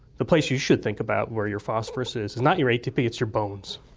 the place you should think about where your phosphorous is is not your atp, it's your bones.